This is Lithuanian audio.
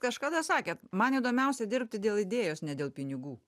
kažkada sakėt man įdomiausia dirbti dėl idėjos ne dėl pinigų